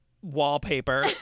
wallpaper